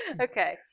Okay